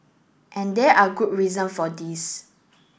and there are good reason for this